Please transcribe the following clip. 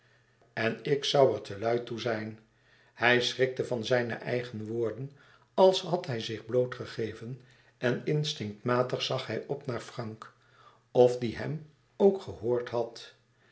en ik zoû er te lui toe zijn hij schrikte van zijne eigen woorden als had hij zich bloot gegeven en instinctmatig zag hij op naar frank of die hem ook gehoord had